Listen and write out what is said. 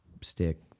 stick